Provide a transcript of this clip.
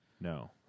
No